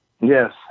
Yes